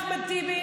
אחמד טיבי,